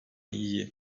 iyi